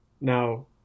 Now